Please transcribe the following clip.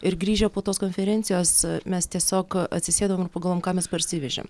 ir grįžę po tos konferencijos mes tiesiog atsisėdom ir pagalvojom ką mes parsivežėm